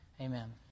Amen